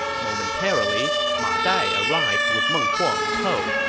momentarily, ma dai arrived with meng huo in tow,